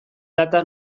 data